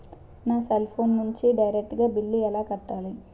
నా cell phone నుంచి direct గా బిల్లు ఎలా కట్టాలి?